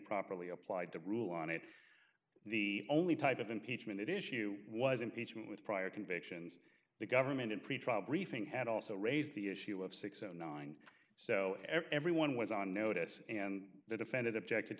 properly applied to rule on it the only type of impeachment issue was impeachment with prior convictions the government in pretrial briefing had also raised the issue of six o nine so everyone was on notice and the defendant objected